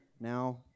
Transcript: now